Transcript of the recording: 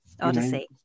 Odyssey